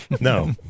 No